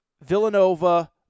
Villanova